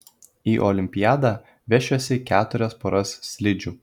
į olimpiadą vešiuosi keturias poras slidžių